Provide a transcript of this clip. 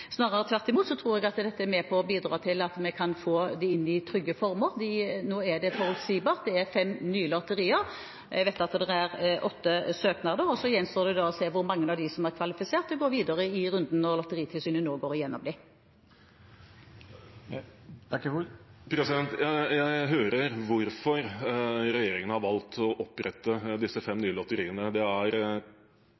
Snarere tvert imot tror jeg dette er med på å bidra til at vi kan få det inn i trygge former. Nå er det forutsigbart, det er fem nye lotterier. Jeg vet at det er åtte søknader. Så gjenstår det å se på hvor mange av disse som er kvalifisert til å gå videre i runden når Lotteritilsynet går gjennom dette. Jeg hører hvorfor regjeringen har valgt å opprette disse fem nye lotteriene. Man velger altså å gjøre det for å rydde opp i norsk spillpolitikk. Men mitt spørsmål er